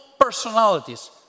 personalities